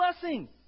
blessing